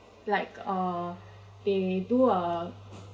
like uh they do uh